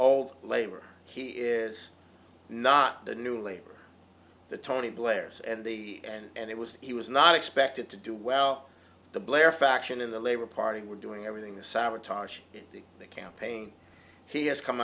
old labor he is not the new labor tony blair's and the and it was he was not expected to do well the blair faction in the labor party were doing everything to sabotage the campaign he has come